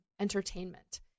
entertainment